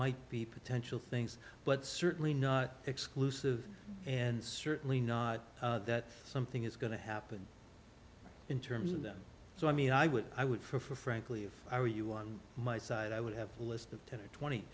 might be potential things but certainly not exclusive and certainly not that something is going to happen in terms of them so i mean i would i would for frankly if i were you on my side i would have a list of ten or twenty